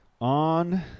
on